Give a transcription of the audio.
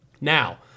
Now